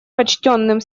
почтенным